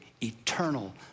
eternal